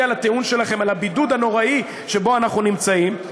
לטיעון שלכם על הבידוד הנוראי שבו אנחנו נמצאים,